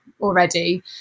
already